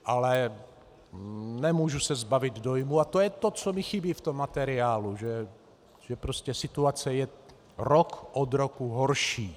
Ale nemůžu se zbavit dojmu, a to je to, co mi chybí v tom materiálu, že prostě situace je rok od roku horší.